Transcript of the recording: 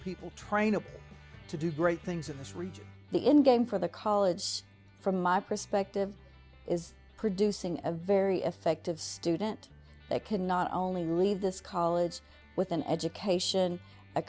people trying to do great things in this region the endgame for the college from my perspective is producing a very effective student that can not only leave this college with an education a